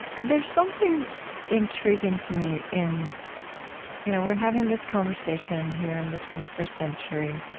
there's something intriguing to me in you know we're having this conversation here in the twenty first century,